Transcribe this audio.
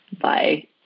Bye